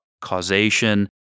causation